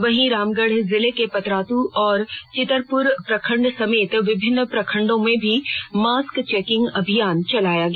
वहीं रामगढ़ जिले के पतरातू और चितरपुर प्रखंड समेत विभिन्न प्रखंडो में भी मास्क चेकिंग अभियान चलाया गया